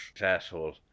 Asshole